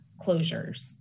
closures